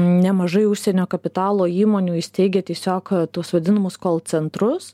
nemažai užsienio kapitalo įmonių įsteigia tiesiog tuos vadinamus call centrus